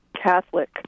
Catholic